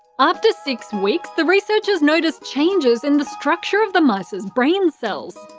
after six weeks, the researchers noticed changes in the structure of the mice's brain cells.